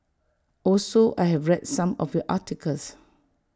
also I have read some of your articles